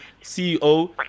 CEO